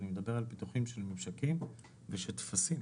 אני מדבר על פיתוחים של ממשקים ושל טפסים.